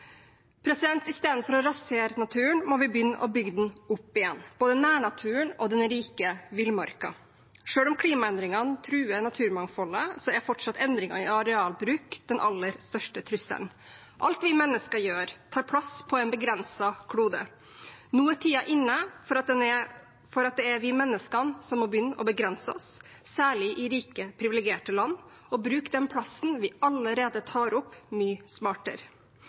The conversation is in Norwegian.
Istedenfor å rasere naturen må vi begynne å bygge den opp igjen, både nærnaturen og den rike villmarka. Selv om klimaendringene truer naturmangfoldet, er fortsatt endringer i arealbruk den aller største trusselen. Alt vi mennesker gjør, tar plass på en begrenset klode. Nå er tiden inne for at det er vi menneskene som må begynne å begrense oss, særlig i rike, privilegerte land, og bruke den plassen vi allerede tar opp, mye smartere.